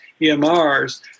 EMRs